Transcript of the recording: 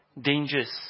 dangers